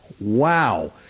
Wow